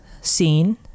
scene